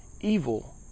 evil